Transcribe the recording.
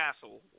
Castle